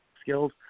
skills